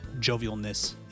jovialness